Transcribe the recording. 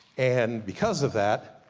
and because of that,